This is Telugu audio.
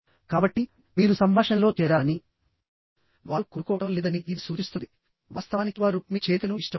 కాబట్టి మీరు సంభాషణలో చేరాలని వారు కోరుకోవడం లేదని ఇది సూచిస్తుంది వాస్తవానికి వారు మీ చేరికను ఇష్టపడరు